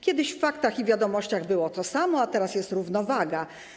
Kiedyś w Faktach i Wiadomościach było to samo, a teraz jest równowaga.